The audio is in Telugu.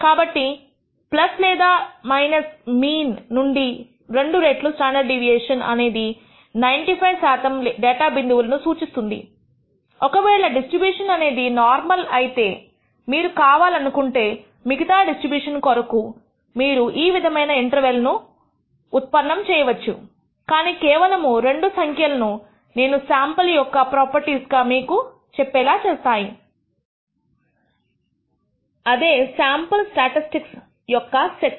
కాబట్టి లేదా మీన్ నుండి 2 రెట్లు స్టాండర్డ్ డీవియేషన్ అనేది ఇది 95 శాతము డేటా బిందువులను సూచిస్తుంది ఒకవేళ డిస్ట్రిబ్యూషన్స్ అనేది నార్మల్ అయితే మీరు కావాలనుకుంటే మిగతా డిస్ట్రిబ్యూషన్ కొరకు మీరు ఈ విధమైన ఇంటర్వెల్ ఉత్పలము ఉత్పలము ఉత్పన్నము చేయవచ్చు కానీ కేవలము రెండు సంఖ్యలు నేను శాంపుల్ యొక్క ప్రాపర్టీస్ మీకు చెప్పే లాగా చేస్తాయి మరియు అదే శాంపుల్ స్టాటిస్టిక్స్ యొక్క శక్తి